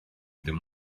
ddim